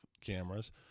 cameras